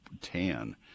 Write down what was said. tan